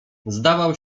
zdawał